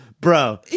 Bro